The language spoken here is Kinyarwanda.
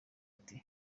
ati